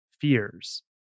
fears